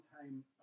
time